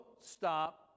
stop